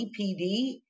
EPD